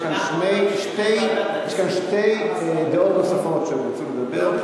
יש כאן שתי דעות נוספות, רוצות לדבר.